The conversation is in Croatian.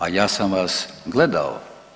Ali ja sam vas gledao.